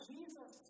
Jesus